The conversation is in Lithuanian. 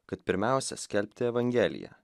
kad pirmiausia skelbti evangeliją